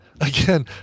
again